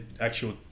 actual